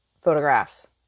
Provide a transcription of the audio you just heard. photographs